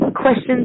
Questions